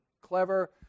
clever